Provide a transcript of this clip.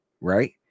right